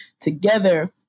together